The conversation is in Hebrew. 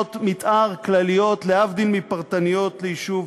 ותוכניות מתאר כלליות, להבדיל מפרטניות, ליישוב.